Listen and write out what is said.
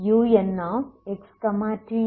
unxtXn